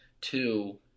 Two